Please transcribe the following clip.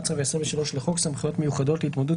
11 ו-23 לחוק סמכויות מיוחדות להתמודדות